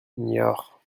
niort